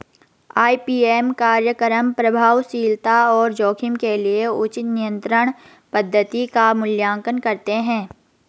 IPM कार्यक्रम प्रभावशीलता और जोखिम के लिए उचित नियंत्रण पद्धति का मूल्यांकन करते हैं